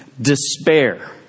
despair